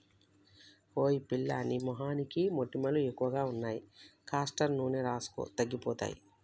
ఓయ్ పిల్లా నీ మొహానికి మొటిమలు ఎక్కువగా ఉన్నాయి కాస్టర్ నూనె రాసుకో తగ్గిపోతాయి